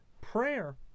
Prayer